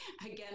Again